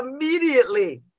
immediately